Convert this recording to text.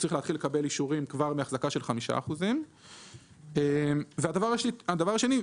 שצריך להתחיל לקבל אישורים כבר מהחזקה של 5%. דבר השני,